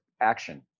action